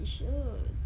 yishun